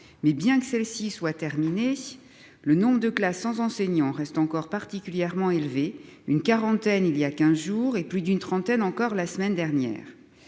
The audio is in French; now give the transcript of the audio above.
Mais bien que celle-ci soit terminé. Le nombre de classes sans enseignants restent encore particulièrement élevé une quarantaine il y a 15 jours et plus d'une trentaine encore la semaine dernière.